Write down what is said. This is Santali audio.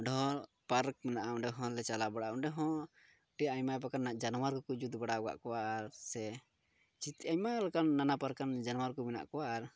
ᱚᱸᱰᱮ ᱦᱚᱸ ᱯᱟᱨᱠ ᱢᱮᱱᱟᱜᱼᱟ ᱚᱸᱰᱮ ᱦᱚᱸ ᱞᱮ ᱪᱟᱞᱟᱣ ᱵᱟᱲᱟᱜᱼᱟ ᱚᱸᱰᱮ ᱦᱚᱸ ᱟᱭᱢᱟ ᱯᱨᱚᱠᱟᱨᱟᱜ ᱡᱟᱱᱣᱟᱨ ᱠᱚᱠᱚ ᱡᱩᱛ ᱵᱟᱲᱟ ᱠᱟᱜ ᱠᱚᱣᱟ ᱟᱨ ᱥᱮ ᱟᱭᱢᱟ ᱞᱮᱠᱟᱱ ᱱᱟᱱᱟᱱ ᱯᱨᱚᱠᱟᱨ ᱡᱟᱱᱣᱟᱨ ᱠᱚ ᱢᱮᱱᱟᱜ ᱠᱚᱣᱟ ᱟᱨ